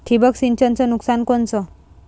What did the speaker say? ठिबक सिंचनचं नुकसान कोनचं?